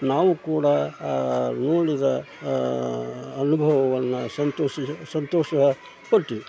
ನಾವು ಕೂಡ ನೋಡಿದ ಅನುಭವವನ್ನ ಸಂತೋಷಿಸಿ ಸಂತೋಷ ಪಟ್ವಿ